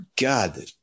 God